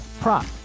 prop